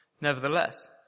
Nevertheless